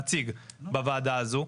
נציג בוועדה הזו.